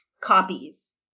copies